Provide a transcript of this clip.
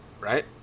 right